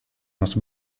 nos